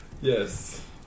Yes